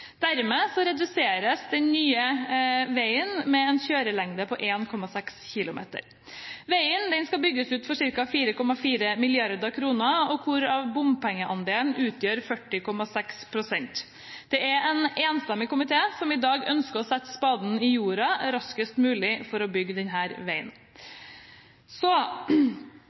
Dermed reduseres den nye veien med en kjørelengde på 1,6 km. Veien skal bygges ut for ca. 4,4 mrd. kr, hvorav bompengeandelen utgjør 40,6 pst. Det er en enstemmig komité som i dag ønsker å sette spaden i jorda raskest mulig for å få bygget denne veien. Arbeiderpartiet mener selvsagt at det er fornuftig å se på den